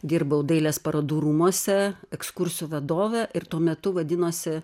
dirbau dailės parodų rūmuose ekskursijų vadove ir tuo metu vadinosi